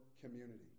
community